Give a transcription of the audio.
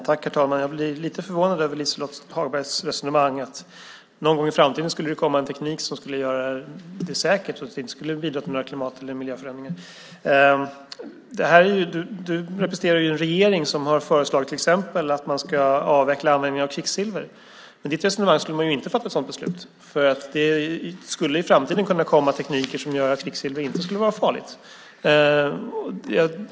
Herr talman! Jag blir lite förvånad över Liselott Hagbergs resonemang, att någon gång i framtiden skulle det komma en teknik som skulle göra det säkert och gör att det inte skulle bidra till några klimat eller miljöförändringar. Du representerar en regering som har föreslagit till exempel att man ska avveckla användningen av kvicksilver. Med ditt resonemang skulle man inte fatta ett sådant beslut. Det skulle i framtiden kunna komma en teknik som gör att kvicksilver inte skulle vara farligt.